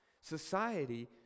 Society